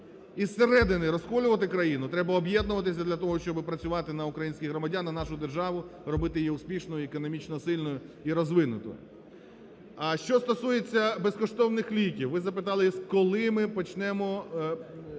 із середини розколювати країну, треба об'єднуватися для того, щоби працювати на українських громадян, на нашу державу, робити її успішною і економічно сильною і розвинутою. Що стосується безкоштовних ліків. Ви запитали, коли ми почнемо